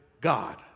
God